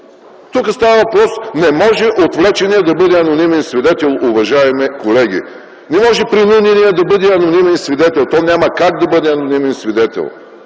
елементарно – не може отвлеченият да бъде анонимен свидетел, уважаеми колеги. Не може принуденият да бъде анонимен свидетел, няма как да бъде анонимен свидетел.